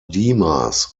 dimas